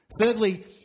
Thirdly